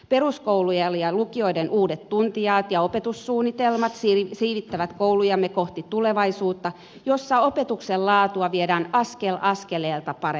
peruskoulujen ja lukioiden uudet tuntijaot ja opetussuunnitelmat siivittävät koulujamme kohti tulevaisuutta jossa opetuksen laatua viedään askel askeleelta paremmaksi